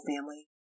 family